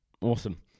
awesome